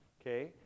Okay